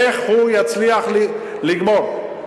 איך הוא יצליח לגמור?